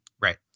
Right